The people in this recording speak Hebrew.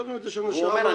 והוא אומר,